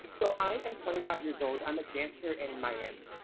so i am twenty five years old, i'm a dancer in miami.